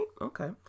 Okay